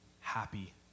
happy